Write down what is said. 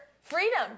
freedom